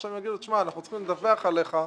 עכשיו יגידו: אנחנו צריכים לדווח עליך.